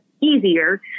easier